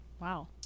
Wow